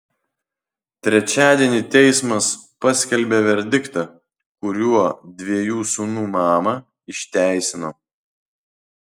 trečiadienį teismas paskelbė verdiktą kuriuo dviejų sūnų mamą išteisino